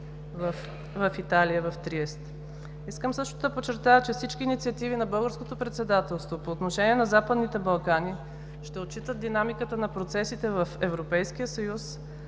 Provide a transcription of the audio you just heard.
в Италия, в Триест. Искам също да подчертая, че всички инициативи на българското председателство по отношение на Западните Балкани ще отчита динамиката на процесите в Европейския съюз,